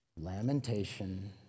Lamentation